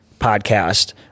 podcast